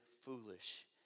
foolish